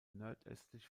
nordöstlich